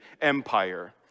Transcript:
Empire